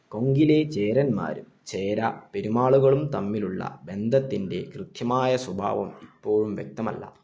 കൊങ്കിലെ ചേരന്മാരും ചേര പെരുമാളുകളും തമ്മിലുള്ള ബന്ധത്തിന്റെ കൃത്യമായ സ്വഭാവം ഇപ്പോഴും വ്യക്തമല്ല